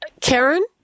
Karen